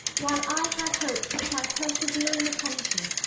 while i had hopes that my persevering attention,